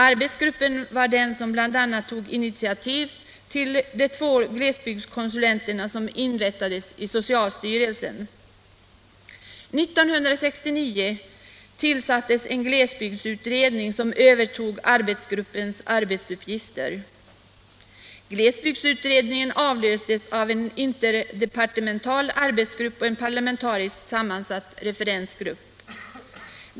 Arbetsgruppen tog bl.a. initiativ till inrättandet av de två glesbygdskonsulenttjänsterna i socialstyrelsen. 1969 tillsattes en glesbygdsutredning som övertog arbetsgruppens uppgifter. Glesbygdsutredningen avlöstes av en interdepartemental arbetsgrupp och en parlamentariskt sammansatt referensgrupp.